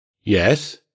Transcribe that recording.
Yes